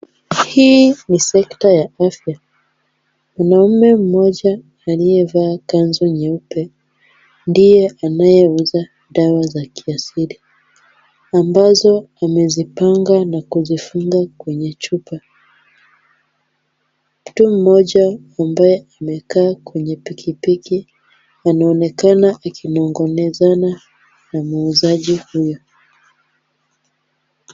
Hii ni sekta ya afya. Mwanaume mmoja aliyevaa kanzu nyeupe ndiye anayeuza dawa za kiasili, ambazo amezipanga na kuziuza kwenye chupa. Mtu mmoja ambaye amekaa kwenye pikipiki anaonekana akinong'onezana na muuzaji huyo.